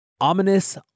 Ominous